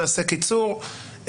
נעשה קיצור.